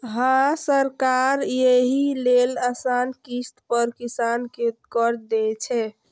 हां, सरकार एहि लेल आसान किस्त पर किसान कें कर्ज दै छै